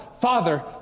father